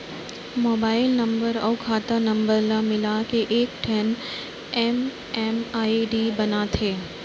mobile number अउ खाता number ल मिलाके एकठन एम.एम.आई.डी बनाथे